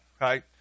right